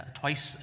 twice